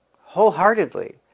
wholeheartedly